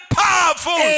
powerful